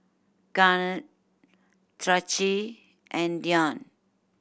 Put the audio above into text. Garnet Traci and Dion